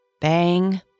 Bang